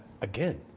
again